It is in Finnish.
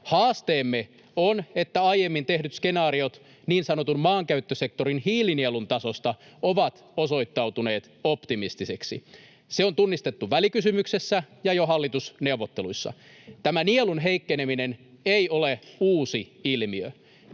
Haasteemme on, että aiemmin tehdyt skenaariot niin sanotun maankäyttösektorin hiilinielun tasosta ovat osoittautuneet optimistisiksi. Se on tunnistettu välikysymyksessä ja jo hallitusneuvotteluissa. Tämä nielun heikkeneminen ei ole uusi ilmiö.